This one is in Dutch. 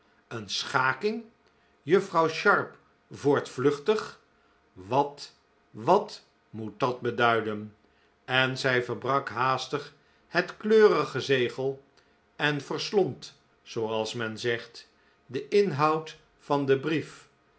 een schaking juffrouw sharp voortvluchtig wat wat moet dat beduiden en zij verbrak haastig het keurige zegel en verslond zooals men zegt den inhoud van den brief